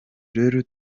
rero